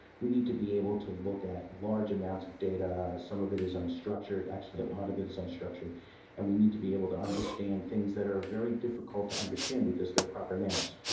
we need to be able to look at large amounts of data. some of it is unstructured. actually, a lot of it is unstructured and we need to be able to understand things that are very difficult to understand because they're proper nouns.